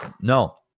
No